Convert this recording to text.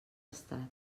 estat